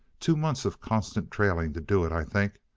two months of constant trailing to do it, i think.